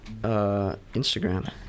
Instagram